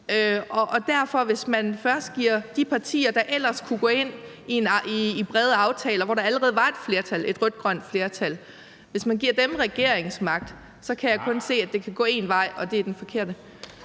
jeg sige: Hvis man først giver de partier, der ellers kunne gå ind i brede aftaler, hvor der allerede var et flertal, altså et rød-grønt flertal, regeringsmagt, så kan jeg kun se, at det kan gå én vej, og det er den forkerte.